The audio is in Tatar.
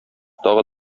тагы